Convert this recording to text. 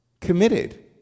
committed